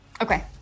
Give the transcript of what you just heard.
okay